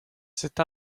cette